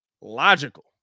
logical